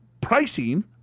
pricing